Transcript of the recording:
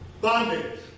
Bondage